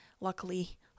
luckily